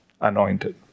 anointed